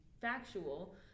factual